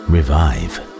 Revive